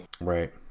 Right